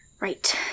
Right